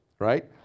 Right